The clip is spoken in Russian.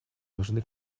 нужны